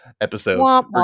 episode